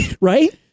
right